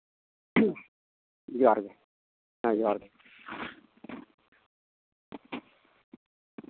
ᱡᱚᱦᱟᱨ ᱜᱮ ᱦᱮᱸ ᱡᱚᱦᱟᱨ ᱜᱮ